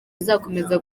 izakomeza